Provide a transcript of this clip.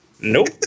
Nope